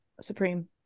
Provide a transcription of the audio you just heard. Supreme